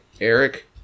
Eric –